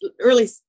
early